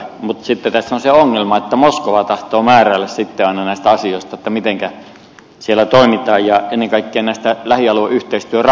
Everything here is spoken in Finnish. mutta sitten tässä on se ongelma että moskova tahtoo määräillä aina näistä asioista mitenkä siellä toimitaan ja ennen kaikkea lähialueyhteistyörahoista